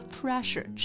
pressure